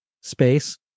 space